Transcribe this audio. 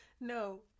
no